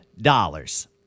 dollars